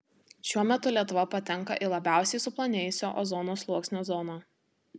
šiuo metu lietuva patenka į labiausiai suplonėjusio ozono sluoksnio zoną